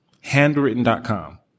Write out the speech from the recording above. handwritten.com